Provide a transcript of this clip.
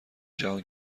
جهان